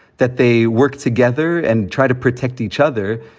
that they work together and try to protect each other.